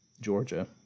Georgia